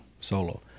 solo